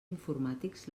informàtics